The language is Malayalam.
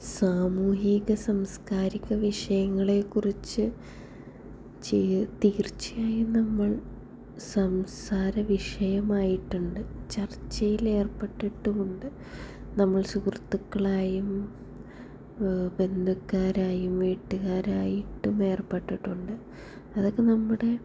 സാമൂഹിക സാംസ്കാരിക വിഷയങ്ങളെ കുറിച്ച് ചി തീർച്ചയായും നമ്മൾ സംസാര വിഷയമായിട്ടുണ്ട് ചർച്ചയിൽ ഏർപ്പെട്ടിട്ടുമുണ്ട് നമ്മൾ സുഹൃത്തുക്കളായും ബന്ധുക്കാരായും വീട്ടുകാരായിട്ടും ഏർപ്പെട്ടിട്ടുണ്ട് അതൊക്കെ നമ്മുടെ